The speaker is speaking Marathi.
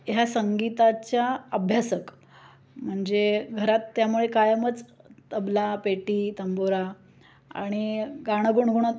ह्या संगीताच्या अभ्यासक म्हणजे घरात त्यामुळे कायमच तबला पेटी तंबोरा आणि गाणं गुणगुणत